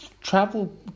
travel